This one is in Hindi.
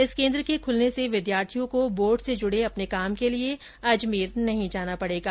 इस केन्द्र के खूलने से विद्यार्थियों को बोर्ड से जूडे अपने काम के लिये अजमेर नहीं जाना पडेगा